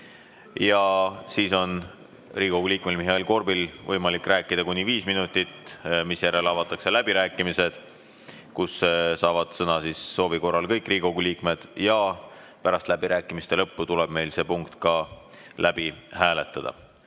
Ja siis on Riigikogu liikmel Mihhail Korbil võimalik rääkida kuni viis minutit, misjärel avatakse läbirääkimised, kus soovi korral saavad sõna kõik Riigikogu liikmed, ja pärast läbirääkimiste lõppu tuleb meil see punkt ka läbi hääletada.